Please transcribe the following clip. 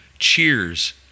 cheers